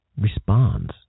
responds